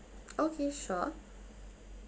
okay sure